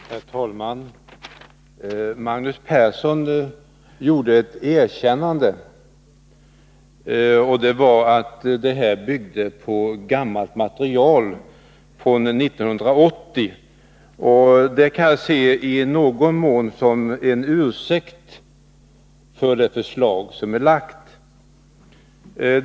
Herr talman! Magnus Persson gjorde ett erkännande: förslaget bygger på gammalt material från 1980. Det kan jag i någon mån se som en ursäkt för det förslag som var framlagt.